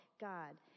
God